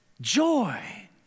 Joy